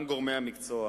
גם גורמי המקצוע